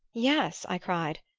yes, i cried,